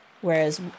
whereas